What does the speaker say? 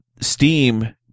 Steam